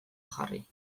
jarri